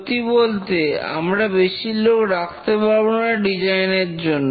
সত্যি বলতে আমরা বেশি লোক রাখতে পারব না ডিজাইনের জন্য